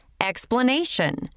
Explanation